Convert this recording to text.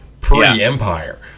pre-Empire